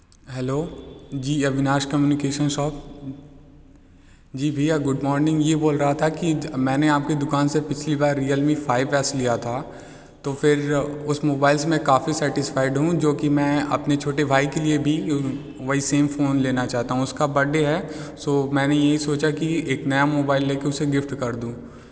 hello ji Avinash communication shop ji भैया good morning यह बोल रहा था कि मैंने आपकी दुकान से पिछली बार रियलमी फाइव ऐस लिया था तो फिर उस मोबाइल से मैं काफ़ी सेटिस्फाइड हूँ जो कि मैं अपने छोटे भाई के लिए भी वही सेम फ़ोन लेना चाहता हूँ उसका बड्डे है सो मैंने यह सोचा कि एक नया मोबाइल लेकर उसे गिफ़्ट कर दूँ